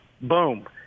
Boom